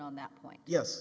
on that point yes